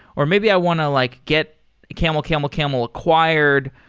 or maybe i want to like get camelcamelcamel acquired,